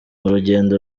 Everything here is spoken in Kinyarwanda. urugendo